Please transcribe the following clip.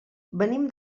venim